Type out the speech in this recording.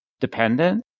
dependent